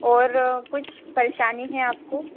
और कुछ परेशानी है आपको